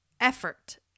effort